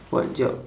what job